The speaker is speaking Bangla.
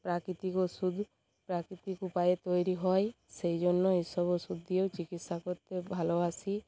প্রাকৃতিক ওষুধ প্রাকৃতিক উপায়ে তৈরি হয় সেই জন্য এই সব ওষুধ দিয়েও চিকিৎসা করতে ভালোবাসি